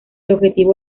objetivo